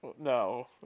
No